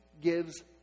gives